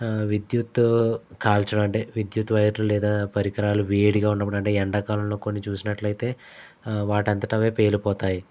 విద్యుత్ కాల్చడం అంటే విద్యుత్వైర్లు లేదా పరికరాలు వేడిగా ఉండటం అంటే ఎండాకాలంలో కొన్ని చూసినట్లయితే వాటంతట అవే పేలిపోతాయి